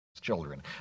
children